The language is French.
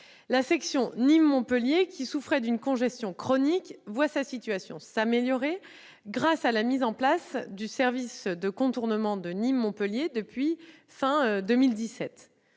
La section Nîmes-Montpellier, qui souffrait d'une congestion chronique, voit sa situation s'améliorer grâce à la mise en place du service de contournement de Nîmes-Montpellier depuis la fin de 2017.